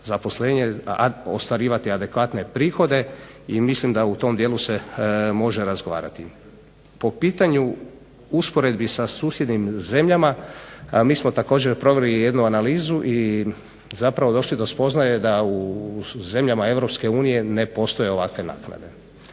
zaposlenje i ostvarivati adekvatne prihode. I mislim da se u tom dijelu se može razgovarati. Po pitanju usporedbi sa susjednim zemljama, mi smo također proveli jednu analizu i zapravo došli do spoznaje da u zemljama EU ne postoje ovakve naknade.